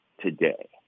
today